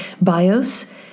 bios